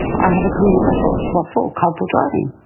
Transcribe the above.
i have a criminal record. what for? culpable driving.